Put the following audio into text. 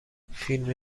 فیلم